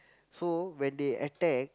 so when they attack